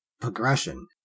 progression